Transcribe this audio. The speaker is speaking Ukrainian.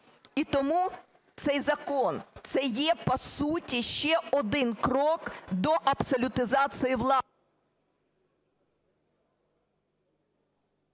І тому цей закон – це є по суті ще один крок до абсолютизації влади...